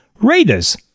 Raiders